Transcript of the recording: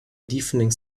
deafening